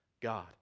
God